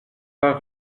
pas